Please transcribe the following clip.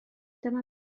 dyma